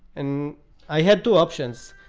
and i had two options